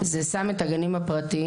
זה שם את הגנים הפרטיים,